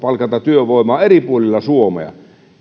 työvoimaa eri puolilla suomea